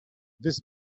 this